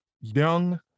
young